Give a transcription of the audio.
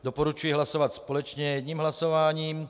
Doporučuji hlasovat společně jedním hlasováním.